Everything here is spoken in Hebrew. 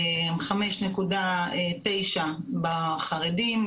5.9% בחרדים,